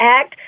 Act